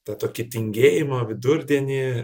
tą tokį tingėjimą vidurdienį